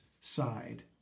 side